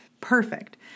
perfect